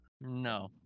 no